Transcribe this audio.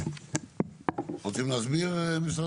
שהוסף